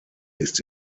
ist